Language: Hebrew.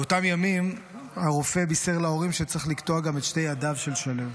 באותם ימים הרופא בישר להורים שצריך לקטוע גם את שתי ידיו של שליו.